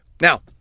Now